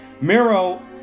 Miro